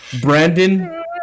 Brandon